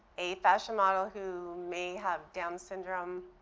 a fashion model who may have down syndrome,